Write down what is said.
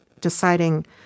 deciding